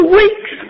weeks